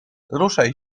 ruszaj